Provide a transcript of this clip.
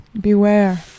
Beware